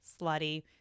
slutty